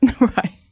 right